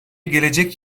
gelecek